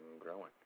growing